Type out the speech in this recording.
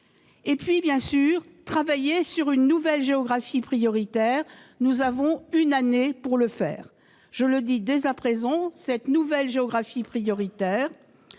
; ensuite, travailler sur une nouvelle géographie prioritaire. Nous avons une année pour le faire, et je le dis dès à présent : cette nouvelle géographie prioritaire